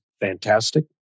fantastic